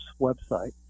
website